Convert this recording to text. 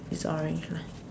it's orange lah